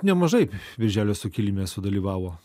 nemažai birželio sukilime sudalyvavo